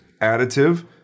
additive